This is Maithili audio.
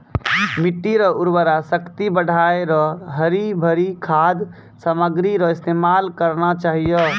मिट्टी रो उर्वरा शक्ति बढ़ाएं रो हरी भरी खाद सामग्री रो इस्तेमाल करना चाहियो